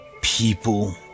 people